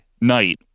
night